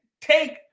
take